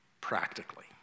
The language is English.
practically